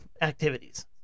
activities